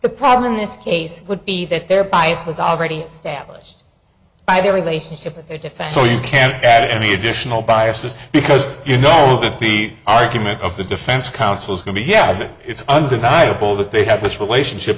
the problem in this case would be that their bias was already established by their relationship with their defense so you can't add any additional bias just because you know that the argument of the defense counsel is going to be yeah it's undeniable that they have this relationship